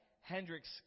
Hendricks